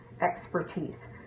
expertise